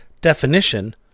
definition